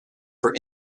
for